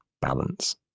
balance